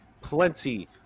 plenty